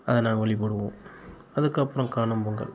அதை நாங்கள் வழிபடுவோம் அதுக்கப்புறம் காணும் பொங்கல்